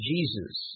Jesus